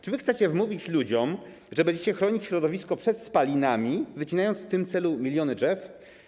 Czy chcecie wmówić ludziom, że będziecie chronić środowisko przed spalinami, wycinając w tym celu miliony drzew?